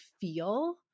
feel